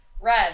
red